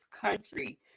country